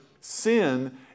sin